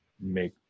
make